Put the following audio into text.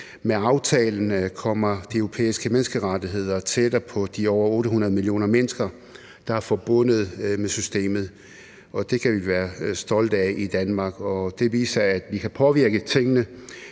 Med aftalen kommer de europæiske menneskerettigheder tættere på de over 800 millioner mennesker, der er forbundet med systemet, og det kan vi være stolte af i Danmark. Det viser, at vi kan påvirke tingene,